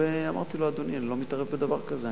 ואמרתי לו: אדוני, אני לא מתערב בדבר כזה.